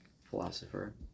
philosopher